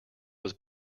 was